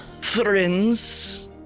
friends